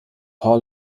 hall